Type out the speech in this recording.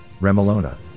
Remolona